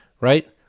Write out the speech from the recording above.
right